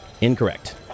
Incorrect